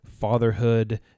fatherhood